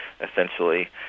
essentially